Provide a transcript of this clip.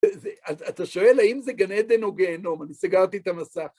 אתה שואל האם זה גן עדן או גהנום, אני סגרתי את המסך.